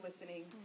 listening